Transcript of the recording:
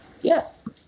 Yes